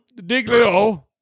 Diglio